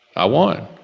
i won.